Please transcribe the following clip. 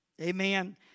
Amen